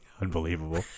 Unbelievable